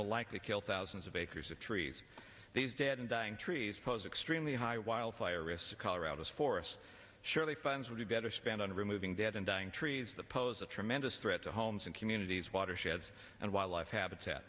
will likely kill thousands of acres of trees these dead and dying trees pose extremely high wildfire risk colorado's forests surely fines would be better spent on removing dead and dying trees the pose a tremendous threat to homes and communities watersheds and wildlife habitat